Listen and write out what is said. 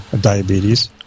diabetes